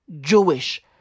Jewish